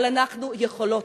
אבל אנחנו יכולות.